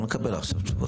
לא נקבל עכשיו תשובות.